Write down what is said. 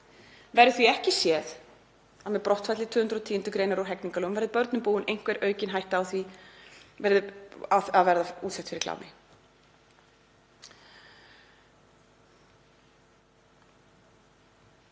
verður því ekki séð að með brottfalli 210. gr. úr hegningarlögum verði börnum búin einhver aukin hætta á því að verða útsett fyrir klámi.